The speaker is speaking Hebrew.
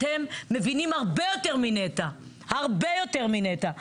אתם מבינים הרבה יותר מנת"ע הרבה יותר מנת"ע,